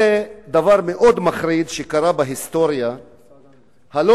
זה דבר מאוד מחריד, שקרה בהיסטוריה הלא-רחוקה,